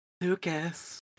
Lucas